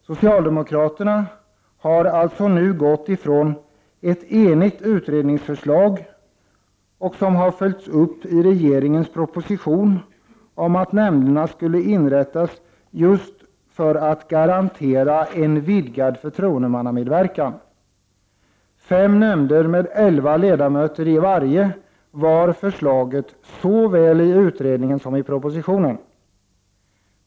Socialdemokraterna har alltså gått ifrån ett enigt utredningsförslag, som hade följts upp i regeringens proposition, om att nämnder skulle inrättas just för att garantera en vidgad förtroendemannamedverkan. Fem nämnder med elva ledamöter i varje förslogs såväl i utredningen som i propositionen.